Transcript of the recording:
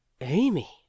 Amy